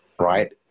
right